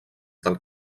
del